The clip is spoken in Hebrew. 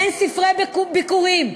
אין ספרי ביכורים,